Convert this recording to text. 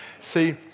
See